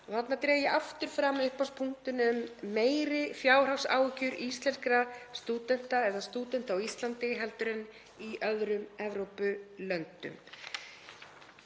Þarna dreg ég aftur fram upphafspunktinn um meiri fjárhagsáhyggjur íslenskra stúdenta eða stúdenta á Íslandi heldur en í öðrum Evrópulöndum.